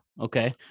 okay